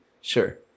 Sure